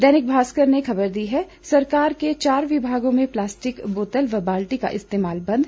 दैनिक भास्कर ने खबर दी है सरकार के चार विभागों में प्लास्टिक बोतल व बाल्टी का इस्तेमाल बंद